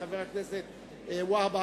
חבר הכנסת והבה,